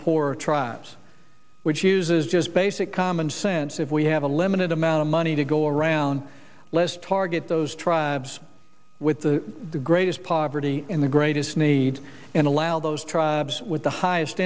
poor tribes which uses just basic common sense if we have a limited amount of money to go around less target those tribes with the greatest poverty in the greatest need and allow those tribes with the highest